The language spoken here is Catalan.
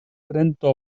trenta